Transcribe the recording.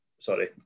sorry